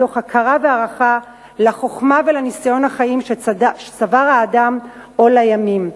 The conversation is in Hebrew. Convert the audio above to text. מתוך הכרה והערכה לחוכמה ולניסיון החיים שצבר האדם הבא בימים.